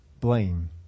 blame